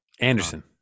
Anderson